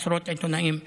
עשרות עיתונאים נהרגו,